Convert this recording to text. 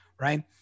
right